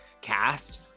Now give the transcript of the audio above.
cast